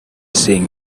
seeing